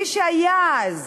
מי שהיה אז